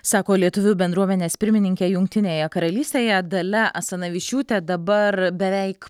sako lietuvių bendruomenės pirmininkė jungtinėje karalystėje dalia asanavičiūtė dabar beveik